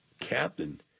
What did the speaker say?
captain